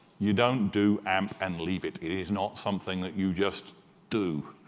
you don't do amp and leave it. it is not something that you just do.